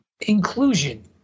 inclusion